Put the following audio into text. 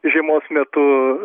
žiemos metu